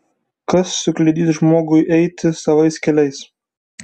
kas sukliudys žmogui eiti savais keliais